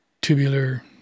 tubular